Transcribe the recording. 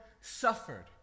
suffered